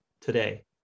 today